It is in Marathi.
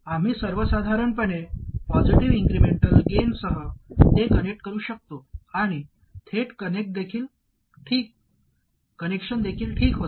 तर आम्ही सर्वसाधारणपणे पॉजिटीव्ह इन्क्रिमेंटल गेनसह ते कनेक्ट करू शकतो आणि थेट कनेक्शन देखील ठीक होते